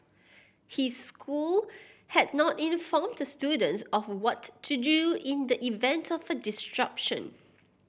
his school had not informed students of what to do in the event of a disruption